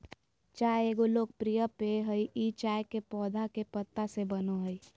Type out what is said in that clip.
चाय एगो लोकप्रिय पेय हइ ई चाय के पौधा के पत्ता से बनो हइ